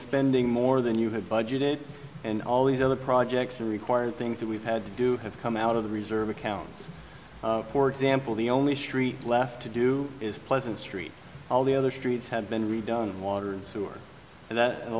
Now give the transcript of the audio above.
spending more than you had budgeted and all these other projects are required things that we've had to do have come out of the reserve accounts for example the only street left to do is pleasant street all the other streets have been redone water and sewer and that and a